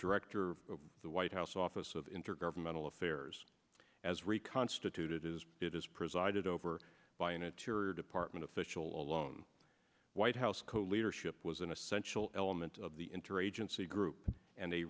director of the white house office of intergovernmental affairs has reconstituted his bid is presided over by in a tear department official alone white house code leadership was an essential element of the interagency group and